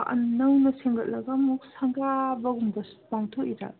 ꯅꯧꯅ ꯁꯦꯝꯒꯠꯂꯒ ꯑꯃꯨꯛ ꯁꯪꯒꯥꯕꯒꯨꯝꯕꯁꯨ ꯄꯥꯡꯊꯣꯛꯑꯣꯏꯗꯔꯥ